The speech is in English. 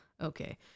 Okay